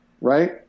right